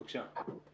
בבקשה.